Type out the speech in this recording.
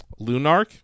Lunark